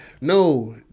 no